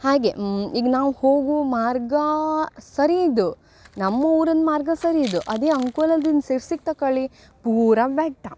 ಹಾಗೆ ಈಗ ನಾವು ಹೋಗುವ ಮಾರ್ಗ ಸರಿ ಇದು ನಮ್ಮ ಊರಿನ್ ಮಾರ್ಗ ಸರಿ ಇದು ಅದೇ ಅಂಕೋಲದಿಂದ ಸಿರ್ಸಿಗೆ ತಕೊಳಿ ಪೂರ ಬೆಟ್ಟ